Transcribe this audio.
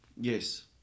Yes